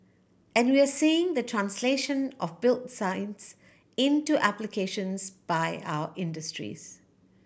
and we are seeing the translation of built science into applications by our industries